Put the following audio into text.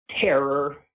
terror